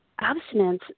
abstinence